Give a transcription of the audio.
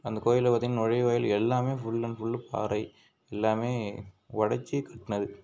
அந்த கோவில்ல பார்த்திங்கனா நுழைவாயில் எல்லாம் ஃபுல் அன் ஃபுல் பாறை எல்லாம் ஒடைச்சி கட்டினது